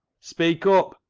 speak up,